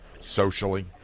socially